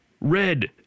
Red